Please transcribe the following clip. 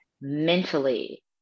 mentally